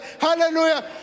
hallelujah